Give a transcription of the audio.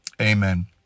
Amen